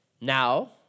Now